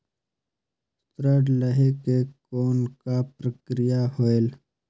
ऋण लहे के कौन का प्रक्रिया होयल?